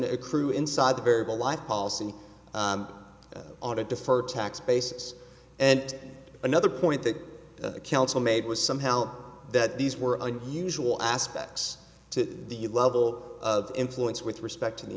to accrue inside the variable life policy on a deferred tax basis and another point that counsel made was somehow that these were unusual aspects to the level of influence with respect to the